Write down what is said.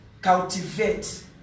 Cultivate